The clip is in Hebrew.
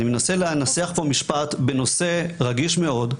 אני מנסה לנסח פה משפט בנושא רגיש מאוד.